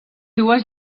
dues